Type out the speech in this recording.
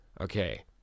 Okay